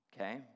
okay